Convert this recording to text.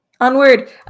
Onward